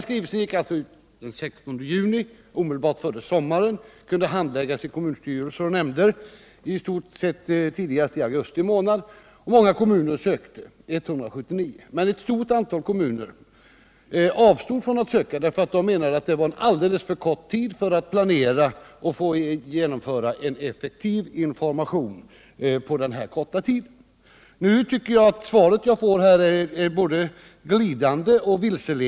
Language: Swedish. Skrivelsen gick som sagt ut den 16 juni, omedelbart före sommaren, och kunde handläggas i kommunstyrelser och nämnder i stort sett tidigast i augusti månad. Många kommuner, 179, sökte bidrag, men ett stort antal kommuner avstod, därför att de menade att det var alldeles för kort tid för att Nr 122 planera och lämna en effektiv information. Tisdagen den Jag tycker att svaret som jag nu får är undanglidande och vilseledande.